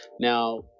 Now